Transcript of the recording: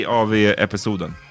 av-episoden